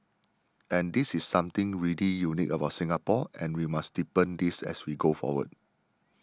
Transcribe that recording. and this is something really unique about Singapore and we must deepen this as we go forward